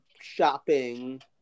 Shopping